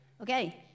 Okay